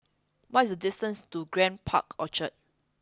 what is the distance to Grand Park Orchard